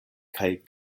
kaj